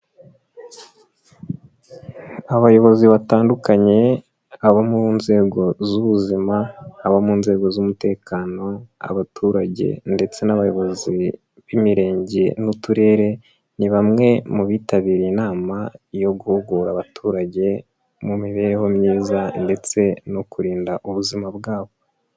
Abayobozi batandukanye abo mu nzego z'ubuzima, abo mu nzego z'umutekano, abaturage ndetse n'abayobozi b'Imirenge n'Uturere ni bamwe mu bitabiriye inama yo guhugura abaturage mu mibereho myiza ndetse no kurinda ubuzima bwabo.